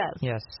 Yes